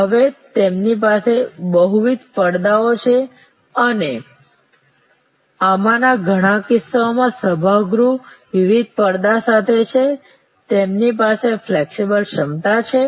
હવે તેમની પાસે બહુવિધ પડદાઓ છે અને આમાંના ઘણા કિસ્સાઓમાં સભાગૃહ વિવિધ પડદા સાથે છે તેમની પાસે ફ્લેક્સિબલ ક્ષમતા છે